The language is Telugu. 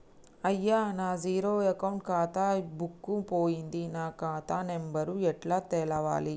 అయ్యా నా జీరో అకౌంట్ ఖాతా బుక్కు పోయింది నా ఖాతా నెంబరు ఎట్ల తెలవాలే?